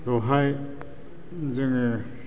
बेवहाय जोङो